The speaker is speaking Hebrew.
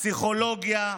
הפסיכולוגיה,